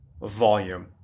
volume